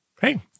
hey